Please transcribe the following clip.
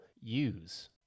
use